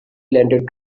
landed